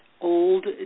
old